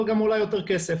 אבל גם עולה יותר כסף.